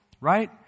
Right